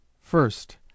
First